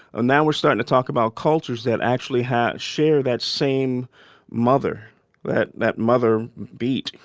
and now we're starting to talk about cultures that actually have shared that same mother that that mother beat,